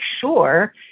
sure